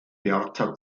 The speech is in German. bertha